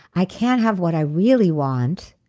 i can't have what i really want,